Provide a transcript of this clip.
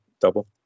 double